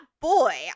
boy